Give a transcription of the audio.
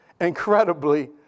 incredibly